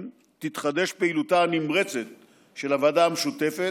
תתחדש פעילותה הנמרצת של הוועדה המשותפת,